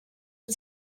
wyt